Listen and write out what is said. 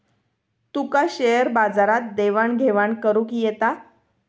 तुका share बाजारात देवाण घेवाण करुक येता?